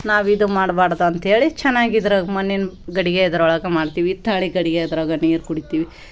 ನಾವು ಇದು ಮಾಡ್ಬಾರ್ದು ಅಂತೇಳಿ ಚೆನ್ನಾಗ್ ಇದ್ರಾಗ ಮಣ್ಣಿನ ಗಡಿಗೆದ್ರೋಳಗೆ ಮಾಡ್ತೀವಿ ಹಿತ್ತಾಳಿ ಗಡಿಗೆದ್ರಾಗ ನೀರು ಕುಡಿತೀವಿ